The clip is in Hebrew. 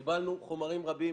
קיבלנו חומרים רבים.